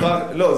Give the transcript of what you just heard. לא,